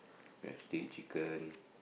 crusty chicken